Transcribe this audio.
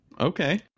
Okay